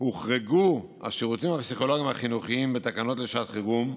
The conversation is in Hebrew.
הוחרגו השירותים הפסיכולוגיים החינוכיים בתקנות לשעת חירום,